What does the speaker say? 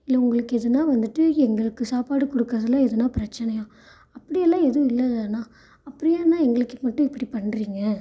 இல்லை உங்களுக்கு எதுன்னா வந்துவிட்டு எங்களுக்கு சாப்பாடு கொடுக்குறதுல எதுனா பிரச்சனையாக அப்படி எல்லாம் எதுவும் இல்லைலண்ணா அப்புறம் ஏண்ணா எங்களுக்கு மட்டும் இப்டி பண்ணுறீங்க